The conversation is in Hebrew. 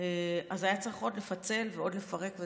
אז היה צריך עוד לפצל ועוד לפרק.